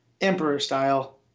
Emperor-style